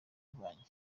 rwanjye